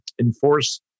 enforce